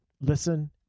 Listen